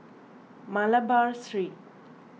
Malabar Street